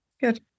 good